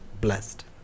blessed